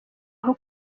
aho